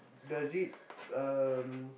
does it um